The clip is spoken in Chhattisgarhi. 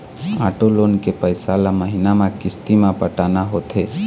आटो लोन के पइसा ल महिना म किस्ती म पटाना होथे